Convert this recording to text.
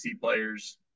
players